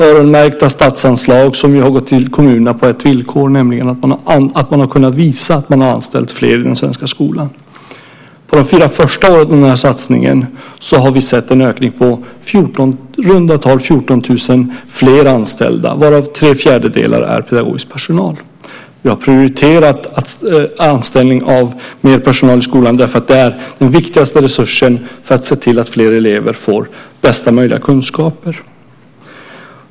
Öronmärkta statsanslag har gått till kommunerna på ett villkor, nämligen att man kan visa att man har anställt fler i skolan. Under de fyra första åren av denna satsning har vi sett en ökning på i runda tal 14 000 fler anställda, varav tre fjärdedelar är pedagogisk personal. Vi har prioriterat anställning av mer personal i skolan eftersom det är den viktigaste resursen för att se till att fler elever får bästa möjliga kunskaper.